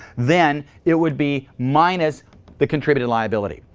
then it would be minus the contributed liability.